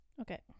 Okay